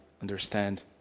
understand